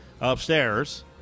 upstairs